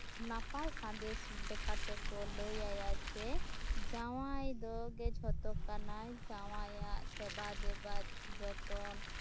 ᱱᱟᱯᱟᱭ ᱥᱟᱸᱫᱮᱥ ᱞᱮᱠᱟᱛᱮᱠᱚ ᱞᱟᱹᱭᱟᱭᱟ ᱡᱮ ᱡᱟᱶᱟᱭ ᱜᱮ ᱡᱷᱚᱛᱚ ᱠᱟᱱᱟᱭ ᱡᱟᱶᱟᱭᱟᱜ ᱥᱮᱵᱟ ᱫᱮᱵᱟ ᱡᱚᱛᱚᱱ